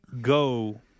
go